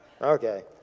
okay